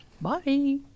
Bye